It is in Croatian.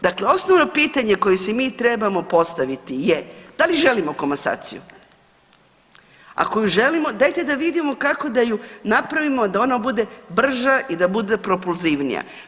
Dakle, osnovno pitanje koje si mi trebamo postaviti je da li želimo komasaciju, ako ju želimo dajte da vidimo kako da ju napravimo da ona bude brža i da bude propulzivnija.